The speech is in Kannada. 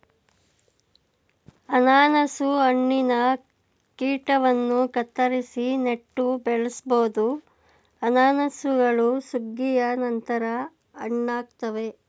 ಅನನಾಸು ಹಣ್ಣಿನ ಕಿರೀಟವನ್ನು ಕತ್ತರಿಸಿ ನೆಟ್ಟು ಬೆಳೆಸ್ಬೋದು ಅನಾನಸುಗಳು ಸುಗ್ಗಿಯ ನಂತರ ಹಣ್ಣಾಗ್ತವೆ